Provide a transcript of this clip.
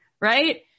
right